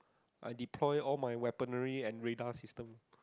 I deploy all my weaponry and radar system